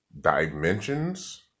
dimensions